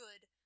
good